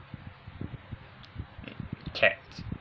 cats